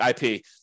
IP